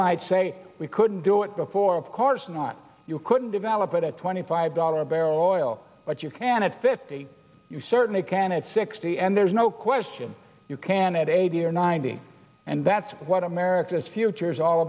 might say we couldn't do it before of course not you couldn't develop it at twenty five dollars a barrel oil but you can add fifty you certainly can it sixty and there's no question you can it eighty or ninety and that's what america's future is all